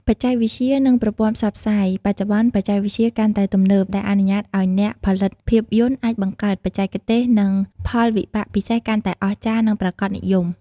បច្ចេកវិទ្យា និងប្រព័ន្ធផ្សព្វផ្សាយ បច្ចុប្បន្នបច្ចេកវិទ្យាកាន់តែទំនើប ដែលអនុញ្ញាតឱ្យអ្នកផលិតភាពយន្តអាចបង្កើត បច្ចេកទេស និង ផលវិបាកពិសេសកាន់តែអស្ចារ្យនិងប្រាកដនិយម។